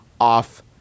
off